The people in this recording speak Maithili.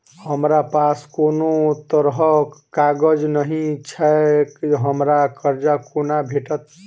हमरा पास कोनो तरहक कागज नहि छैक हमरा कर्जा कोना भेटत?